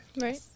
Right